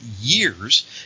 years